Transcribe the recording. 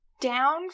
down